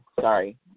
sorry